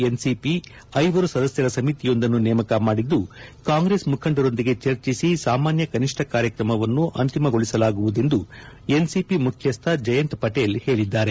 NCP ಐವರು ಸದಸ್ನರ ಸಮಿತಿಯೊಂದನ್ನು ನೇಮಕ ಮಾಡಿದ್ದು ಕಾಂಗ್ರೆಸ್ ಮುಖಂಡರೊಂದಿಗೆ ಚರ್ಚಿಸಿ ಸಾಮಾನ್ಯ ಕನಿಷ್ಟ ಕಾರ್ಯಕ್ರಮವನ್ನು ಅಂತಿಮಗೊಳಿಸಲಾಗುವುದೆಂದು ಎನ್ಸಿಪಿ ಮುಖ್ಯಸ್ಲ ಜಯಂತ್ ಪಟೇಲ್ ಹೇಳಿದ್ದಾರೆ